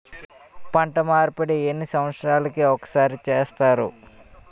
పంట మార్పిడి ఎన్ని సంవత్సరాలకి ఒక్కసారి చేస్తారు?